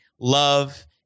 love